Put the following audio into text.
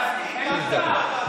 תקראי את כל הסעיף.